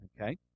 Okay